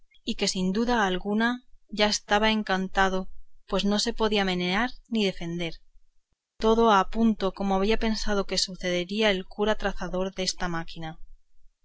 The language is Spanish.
y que sin duda alguna ya estaba encantado pues no se podía menear ni defender todo a punto como había pensado que sucedería el cura trazador desta máquina